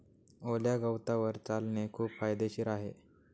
ओल्या गवतावर चालणे खूप फायदेशीर आहे